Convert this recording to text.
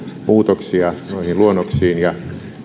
muutoksia noihin luonnoksiin ja